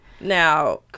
Now